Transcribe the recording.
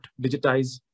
digitize